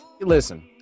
Listen